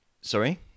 sorry